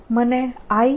મને i∂x